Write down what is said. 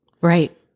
Right